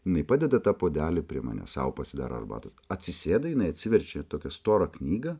jinai padeda tą puodelį prie manęs sau pasidaro arbato atsisėda jinai atsiverčia tokią storą knygą